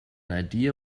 idea